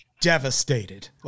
devastated